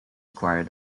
require